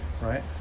right